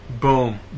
Boom